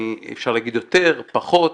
אפשר להגיד יותר, פחות,